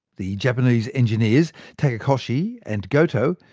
the japanese engineers, takekoshi and gotoh,